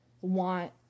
want